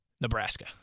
Nebraska